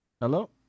Hello